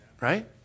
right